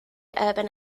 urban